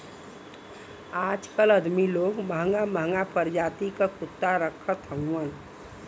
आजकल अदमी लोग महंगा महंगा परजाति क कुत्ता रखत हउवन